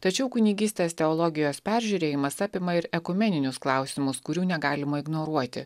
tačiau kunigystės teologijos peržiūrėjimas apima ir ekumeninius klausimus kurių negalima ignoruoti